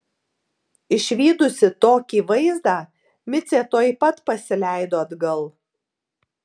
išvydusi tokį vaizdą micė tuoj pat pasileido atgal